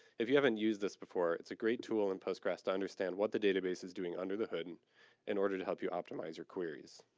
if you haven't used this before, it's a great tool in postgress to understand what the database is doing under the hood and in order to help you optimize your queries.